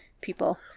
people